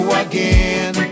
again